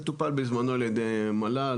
זה טופל בזמנו על ידי מל"ל,